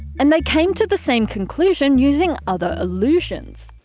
and they came to the same conclusion using other illusions.